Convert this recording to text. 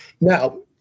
Now